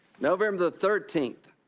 november thirteenth,